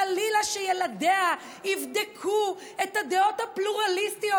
חלילה שילדיה יבדקו את הדעות הפלורליסטיות,